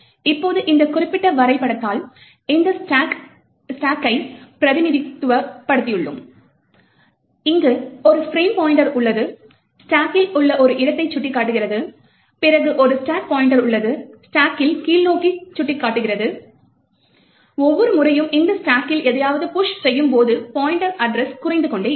இப்போது இந்த குறிப்பிட்ட வரைபடத்தால் இந்த ஸ்டாக் கை பிரதிநிதித்துவப் படுத்தியுள்ளோம் இங்கு ஒரு ஃபிரேம் பாய்ண்ட்டர் உள்ளது ஸ்டாக் கில் உள்ள ஒரு இடத்தை சுட்டிக்காட்டுகிறது பிறகு ஒரு ஸ்டேக் பாய்ண்ட்டர் உள்ளது ஸ்டாக் கில் கீழ்நோக்கி சுட்டிக்காட்டுகிறது ஒவ்வொரு முறையும் இந்த ஸ்டாக் கில் எதையாவது புஷ் செய்யும் போது பாய்ண்ட்டர் அட்ரஸ் குறைந்து கொண்டே இருக்கும்